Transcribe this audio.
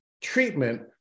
treatment